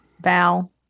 Val